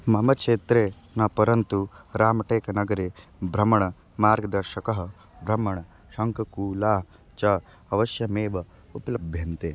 मम क्षेत्रे न परन्तु रामटेकनगरे भ्रमणमार्गदर्शकः भ्रमणशङ्कूला च अवश्यमेव उपलभ्यन्ते